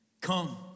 Come